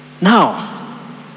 Now